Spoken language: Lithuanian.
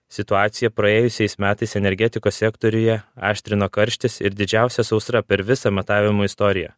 situaciją praėjusiais metais energetikos sektoriuje aštrino karštis ir didžiausia sausra per visą matavimų istoriją